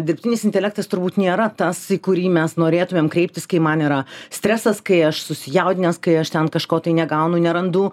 dirbtinis intelektas turbūt nėra tas į kurį mes norėtumėm kreiptis kai man yra stresas kai aš susijaudinęs kai aš ten kažko tai negaunu nerandu